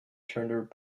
turned